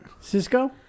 Cisco